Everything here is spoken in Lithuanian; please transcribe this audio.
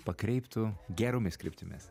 pakreiptų geromis kryptimis